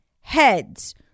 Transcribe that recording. heads